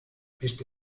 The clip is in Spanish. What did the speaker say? este